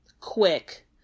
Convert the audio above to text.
quick